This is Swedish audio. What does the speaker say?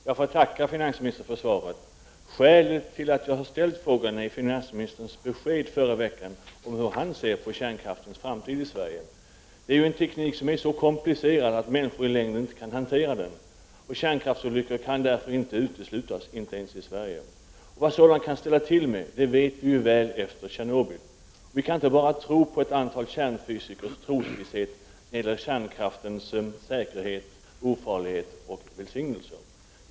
Herr talman! Jag får tacka finansministern för svaret på min fråga. Skälet till att jag har ställt den är finansministerns besked förra veckan om hur han ser på kärnkraftens framtid i Sverige — att det ju är en teknik som är så komplicerad att människor i längden inte kan hantera den och att kärnkraftsolyckor därför inte kan uteslutas, inte ens i Sverige. Vad sådant kan ställa till med vet vi väl efter Tjernobylolyckan. Vi kan inte bara sätta vår tillit till ett antal kärnfysikers trosvisshet när det gäller kärnkraftens säkerhet, ofarlighet och välsignelser.